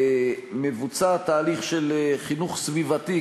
מבוצע תהליך של חינוך סביבתי,